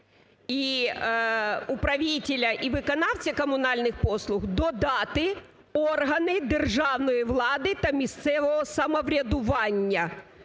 і управителя, і виконавця комунальних послуг додати "органи державної влади та місцевого самоврядування".